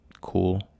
Cool